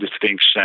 distinction